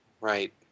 right